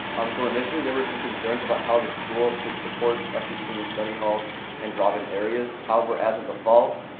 um so initially there were some concerns about how the school could support extra seating in study halls and drop in areas, however as of the fall,